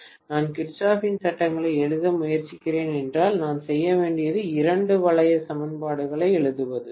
நான் கிர்ச்சோஃப்பின் சட்டங்களை எழுத முயற்சிக்கிறேன் என்றால் நான் செய்ய வேண்டியது இரண்டு வளைய சமன்பாடுகளை எழுதுவதுதான்